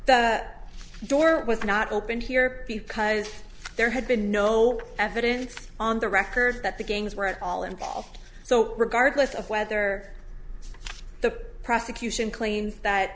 that door was not opened here because there had been no evidence on the record that the gangs were at all involved so regardless of whether the prosecution claims that